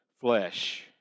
flesh